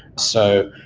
so,